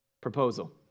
proposal